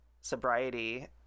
sobriety